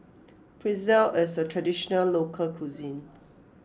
Pretzel is a Traditional Local Cuisine